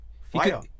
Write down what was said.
Fire